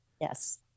yes